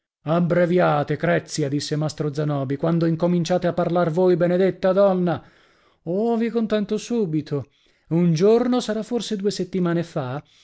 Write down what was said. chiocciole abbreviate crezia disse mastro zanobi quando incominciate a parlar voi benedetta donna oh vi contento subito un giorno sarà forse due settimane fa